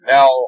Now